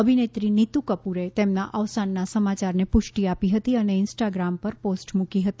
અભિનેત્રી નીતુ કપૂરે તેમના અવસાનના સમાચારને પુષ્ટિ આપી હતી અને ઇન્સ્ટાગ્રામ પર પોસ્ટ મુકી હતી